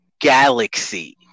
galaxy